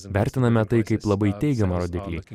vertiname tai kaip labai teigiamą rodiklį